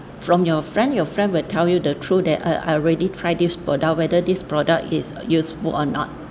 from your friend your friend will tell you the truth that I I already tried this product whether this product is useful or not